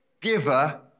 giver